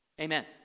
Amen